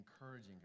encouraging